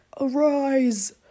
Arise